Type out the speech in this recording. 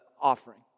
offering